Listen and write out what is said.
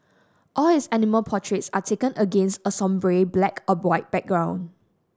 all his animal portraits are taken against a sombre black or white background